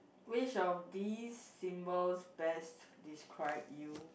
which of these symbols best describe you